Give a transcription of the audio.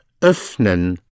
öffnen